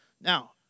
Now